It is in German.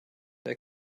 der